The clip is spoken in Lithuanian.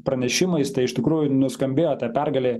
pranešimais tai iš tikrųjų nuskambėjo ta pergalė